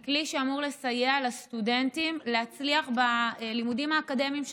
הוא כלי שאמור לסייע לסטודנטים להצליח בלימודים האקדמיים שלהם,